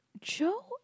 Joe